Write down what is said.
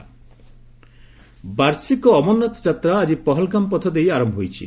ଅମରନାଥ ଯାତ୍ରା ବାର୍ଷିକ ଅମରନାଥ ଯାତ୍ରା ଆଜି ପହଲଗାମ୍ ପଥ ଦେଇ ଆରମ୍ଭ ହୋଇଛି